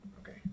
Okay